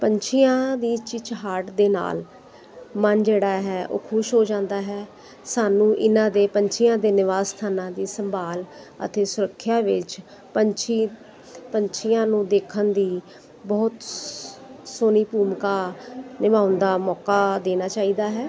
ਪੰਛੀਆਂ ਦੀ ਚਹਿਚਹਾਟ ਦੇ ਨਾਲ ਮਨ ਜਿਹੜਾ ਹੈ ਉਹ ਖੁਸ਼ ਹੋ ਜਾਂਦਾ ਹੈ ਸਾਨੂੰ ਇਹਨਾਂ ਦੇ ਪੰਛੀਆਂ ਦੇ ਨਿਵਾਸ ਸਥਾਨਾਂ ਦੀ ਸੰਭਾਲ ਅਤੇ ਸੁਰੱਖਿਆ ਵਿੱਚ ਪੰਛੀ ਪੰਛੀਆਂ ਨੂੰ ਦੇਖਣ ਦੀ ਬਹੁਤ ਸ ਸੋਹਣੀ ਭੂਮਿਕਾ ਨਿਭਾਉਣ ਦਾ ਮੌਕਾ ਦੇਣਾ ਚਾਹੀਦਾ ਹੈ